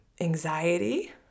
anxiety